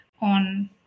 on